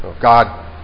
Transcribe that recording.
God